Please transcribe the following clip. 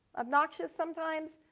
obnoxious sometimes?